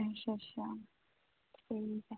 अच्छा अच्छा ठीक ऐ